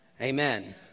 Amen